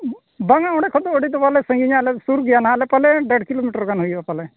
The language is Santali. ᱵᱟᱝ ᱟ ᱚᱸᱰᱮ ᱠᱷᱚᱱ ᱫᱚ ᱟᱹᱰᱤ ᱫᱚ ᱵᱟᱞᱮ ᱥᱟᱺᱜᱤᱧᱟ ᱟᱞᱮ ᱥᱩᱨᱜᱮᱭᱟ ᱱᱟᱦᱟᱜᱞᱮ ᱯᱟᱞᱮ ᱰᱮ ᱲ ᱠᱤᱞᱳᱢᱤᱨᱟ ᱜᱟᱱ ᱦᱩᱭᱩᱜᱼᱟ ᱯᱟᱞᱮ